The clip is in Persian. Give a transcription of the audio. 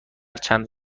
چند